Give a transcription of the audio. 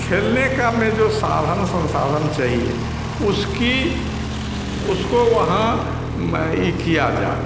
खेलने का में जो साधन संसाधन चाहिए उसकी उसको वहाँ यह किया जाए